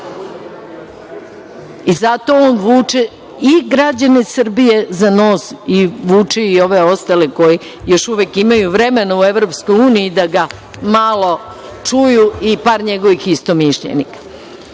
Zato on vuče i građane Srbije za nos i vuče i ove ostale koji još uvek imaju vremena u EU da ga malo čuju i par njegovih istomišljenika. Ubeđena